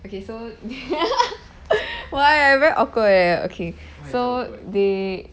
okay so why I very awkward eh okay so they